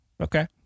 Okay